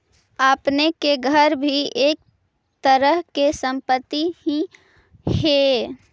आपने के घर भी एक तरह के संपत्ति ही हेअ